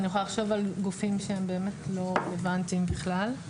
אני יכולה לחשוב על גופים שהם לא רלוונטיים בכלל,